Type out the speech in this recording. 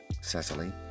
Cecily